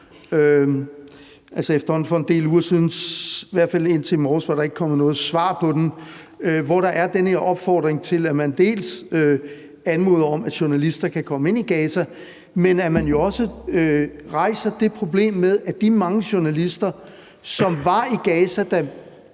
altså for efterhånden en del uger siden. I hvert fald indtil i morges var der ikke kommet noget svar på den. Der er den her opfordring til, at man anmoder om, at journalister kan komme ind i Gaza, men man rejser jo også det problem med, at de mange journalister, som var i Gaza,